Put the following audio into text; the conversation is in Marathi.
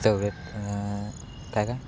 फेवरेट काय काय